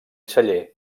celler